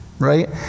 Right